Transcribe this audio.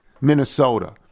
Minnesota